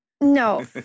No